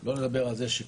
דבר ראשון, את כל